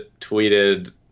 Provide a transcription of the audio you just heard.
tweeted